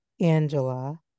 Angela